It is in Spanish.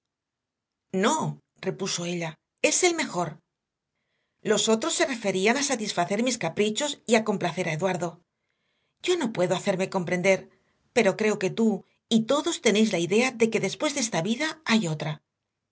eduardo no repuso ella es el mejor los otros se referían a satisfacer mis caprichos y a complacer a eduardo yo no puedo hacerme comprender pero creo que tú y todos tenéis la idea de que después de esta vida hay otra